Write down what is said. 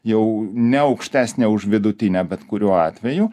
jau ne aukštesnė už vidutinę bet kuriuo atveju